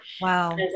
Wow